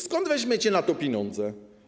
Skąd weźmiecie na to pieniądze?